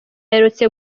aherutse